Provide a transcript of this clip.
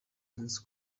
umunsi